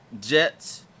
Jets